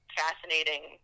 fascinating